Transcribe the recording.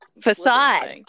facade